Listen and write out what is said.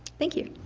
thank you.